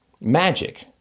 magic